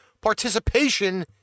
participation